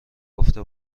گفته